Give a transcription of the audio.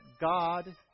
God